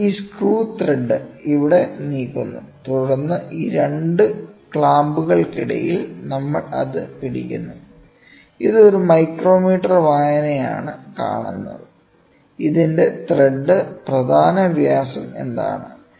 നമ്മൾ ഈ screw thread ഇവിടെ നീക്കുന്നു തുടർന്ന് ഈ 2 ക്ലാമ്പുകൾക്കിടയിൽ നമ്മൾ അത് പിടിക്കുന്നു ഇത് ഒരു മൈക്രോമീറ്റർ വായനയാണ് കാണുന്നത് ഇതിന്റെ ത്രെഡ് പ്രധാന വ്യാസം എന്താണ്